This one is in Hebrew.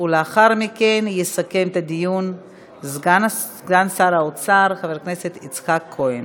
לאחר מכן יסכם את הדיון סגן שר האוצר חבר הכנסת יצחק כהן.